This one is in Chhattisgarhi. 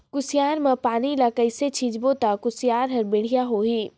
कुसियार मा पानी ला कइसे सिंचबो ता कुसियार हर बेडिया होही?